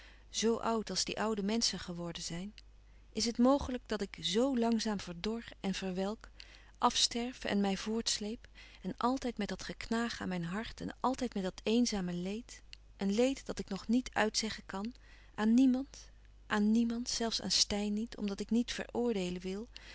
oud als die oude menschen geworden zijn is het mogelijk dat ik zo langzaam verdor en verwelk afsterf en mij voortsleep en altijd met dat geknaag aan mijn hart en altijd met dat eenzame leed een leed dat ik nog niet uitzeggen kan aan niemand aan niemand zelfs aan steyn niet omdat ik niet veroordeelen wil